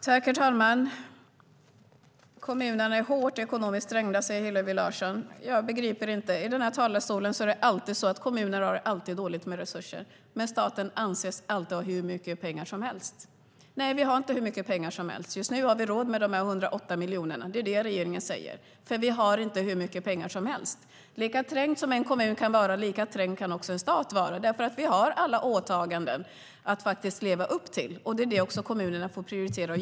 Herr talman! Kommunerna är hårt ekonomiskt trängda, säger Hillevi Larsson. Jag begriper inte. I denna talarstol sägs det alltid att kommunerna har dåligt med resurser, men staten anses alltid ha hur mycket pengar som helst. Nej, vi har inte hur mycket pengar som helst. Just nu har vi råd med de 108 miljonerna - det är det regeringen säger - men vi har inte hur mycket pengar som helst. Lika trängd som en kommun kan staten vara, för vi har alla åtaganden att leva upp till. Det är också det kommunerna får prioritera.